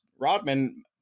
Rodman